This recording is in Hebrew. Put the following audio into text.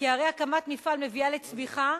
כי הרי הקמת מפעל מביאה לצמיחה,